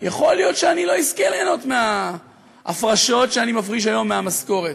יכול להיות שאני לא אזכה ליהנות מההפרשות שאני מפריש היום מהמשכורת.